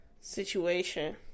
situation